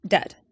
Dead